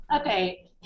okay